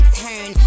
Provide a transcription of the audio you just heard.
turn